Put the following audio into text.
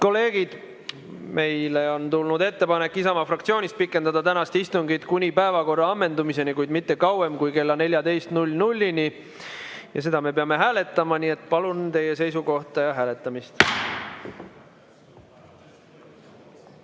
kolleegid, meile on tulnud ettepanek Isamaa fraktsioonist pikendada tänast istungit kuni päevakorra ammendumiseni, kuid mitte kauem kui kella 14-ni. Seda me peame hääletama, nii et palun võtke seisukoht ja hääletage!